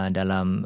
dalam